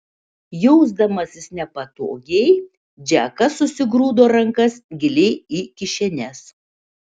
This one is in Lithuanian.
jausdamasis nepatogiai džekas susigrūdo rankas giliai į kišenes